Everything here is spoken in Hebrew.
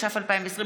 התש"ף 2020,